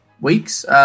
weeks